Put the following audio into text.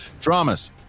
Dramas